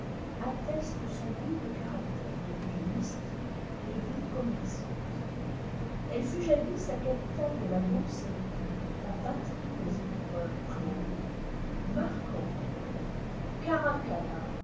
attestent son double caractère de ville mystique et de ville commerçante elle fut jadis la capitale de la gaule celtique la patrie des empereurs claude marc-aurèle